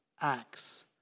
acts